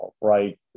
right